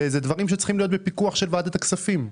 אלה דברים שצריכים להיות בפיקוח של ועדת הכספים.